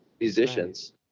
musicians